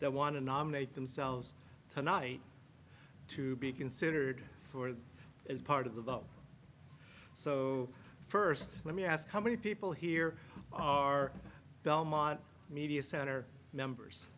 that want to nominate themselves tonight to be considered for as part of the vote so first let me ask how many people here are belmont media center members